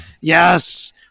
Yes